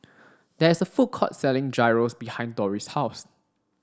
there is a food court selling Gyros behind Dori's house